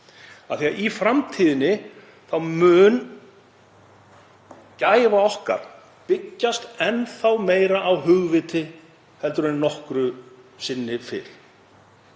Í framtíðinni mun gæfa okkar byggjast enn meira á hugviti en nokkru sinni fyrr.